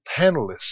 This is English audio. panelists